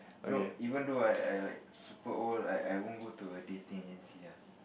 no even though I I like super old I I won't go to a dating agency ah